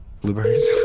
Blueberries